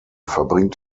verbringt